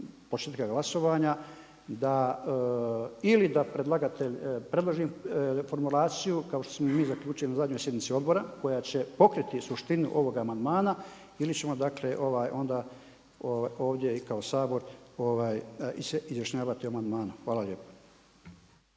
početka glasovanja da ili da predlagatelj predloži formulaciju kao što smo zaključili na zadnjoj sjednici odbora koja će pokriti suštinu ovog amandmana ili ćemo onda ovdje i kao Sabor izjašnjavati o amandmanu. Hvala lijepo.